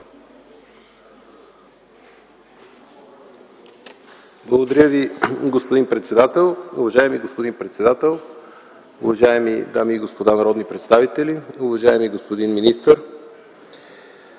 Благодаря Ви, господин председател. Уважаеми господин председател, уважаеми дами и господа народни представители, уважаеми господин министър!